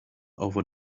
over